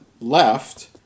left